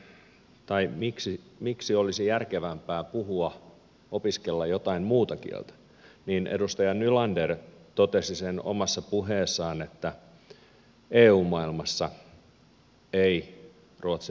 jos me mietimme miksi olisi järkevämpää puhua opiskella jotain muuta kieltä niin edustaja nylander totesi sen omassa puheessaan että eu maailmassa ei ruotsilla pärjää